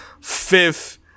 fifth